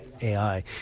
AI